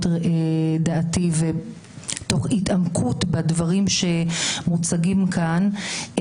דעתי ותוך התעמקות בדברים שמוצגים כאן,